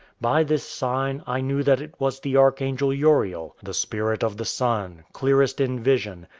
by this sign i knew that it was the archangel uriel, the spirit of the sun, clearest in vision,